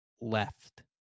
left